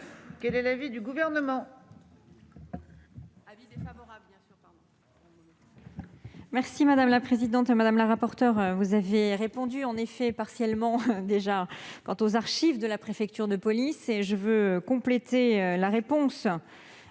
Quel est l'avis du Gouvernement ?